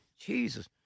Jesus